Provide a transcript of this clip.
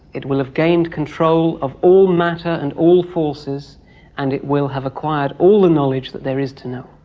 it will have gained control of all matter and all forces and it will have acquired all the and knowledge that there is to know.